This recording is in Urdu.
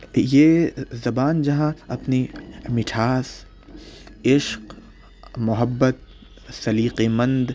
یہ زبان جہاں اپنی مٹھاس عشق محبت سلیقہ مند